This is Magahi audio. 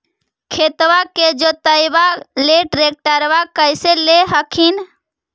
खेतबा के जोतयबा ले ट्रैक्टरबा कैसे ले हखिन?